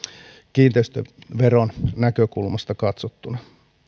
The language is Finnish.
kiinteistöveron näkökulmasta katsottuna